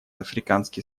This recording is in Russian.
африканский